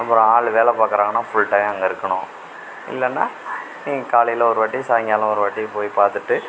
அப்புறம் ஆள் வேலை பார்க்கறாங்கனா ஃபுல் டயம் அங்கே இருக்கணும் இல்லைனா நீங்க காலையில் ஒரு வாட்டி சாயங்காலம் ஒரு வாட்டி போய் பார்த்துட்டு